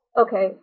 Okay